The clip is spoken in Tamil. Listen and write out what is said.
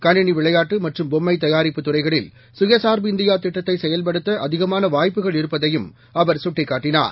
கணினிவிளையாட்டுமற்றும்பொம்மைதயாரிப்புதுறைகளி ல் சுயச்சார்புஇந்தியாதிட்டத்தைசெயல்படுத்தஅதிகமானவா ய்ப்புகள்இருப்பதையும்அவர்சுட்டிக்காட்டினார்